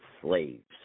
slaves